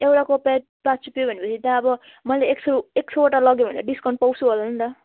एउटाको पेत पाँच रुपियाँ भनेपछि त अब मैले एक सौ एक सौवटा लग्यो भने डिस्काउन्ट पाउँछु होला नि त